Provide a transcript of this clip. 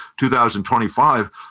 2025